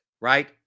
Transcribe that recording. right